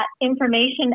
information